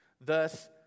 Thus